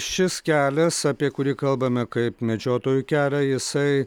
šis kelias apie kurį kalbame kaip medžiotojų kelią jisai